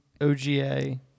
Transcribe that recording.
OGA